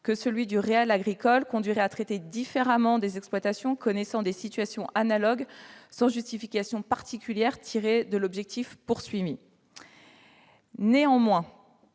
que celui du réel agricole conduirait à traiter différemment des exploitations connaissant des situations analogues, sans justification particulière tirée de l'objectif poursuivi. Néanmoins,